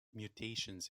mutations